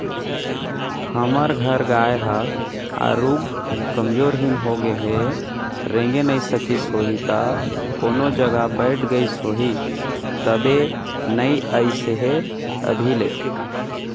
हमर घर गाय ह आरुग कमजोरहिन होगें हे रेंगे नइ सकिस होहि त कोनो जघा बइठ गईस होही तबे नइ अइसे हे अभी ले